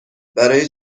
برای